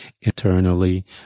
eternally